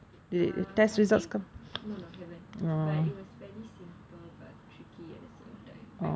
uh I think no no haven't but it was very simple but tricky at the same time